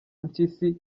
mpyisi